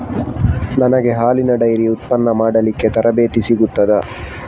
ನನಗೆ ಹಾಲಿನ ಡೈರಿ ಉತ್ಪನ್ನ ಮಾಡಲಿಕ್ಕೆ ತರಬೇತಿ ಸಿಗುತ್ತದಾ?